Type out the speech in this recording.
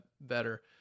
better